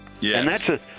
Yes